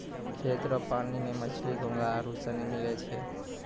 खेत रो पानी मे मछली, घोंघा आरु सनी मिलै छै